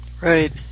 Right